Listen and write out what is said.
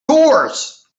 doors